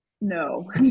no